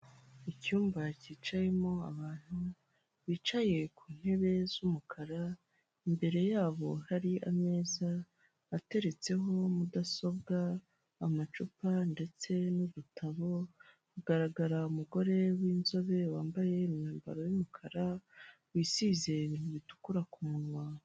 Icyumba kicayemo abantu bicaye ku ntebe z'umukara, imbere yabo hari ameza ateretseho mudasobwa, amacupa ndetse n'udutabo, hagaragara umugore w'inzobe wambaye imyambaro y'umukara wisize ibintu bitukura ku munwa.